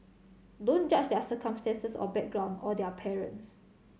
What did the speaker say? don't judge their circumstances or background or their parents